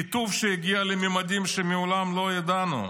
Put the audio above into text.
קיטוב שהגיע לממדים שמעולם לא ידענו.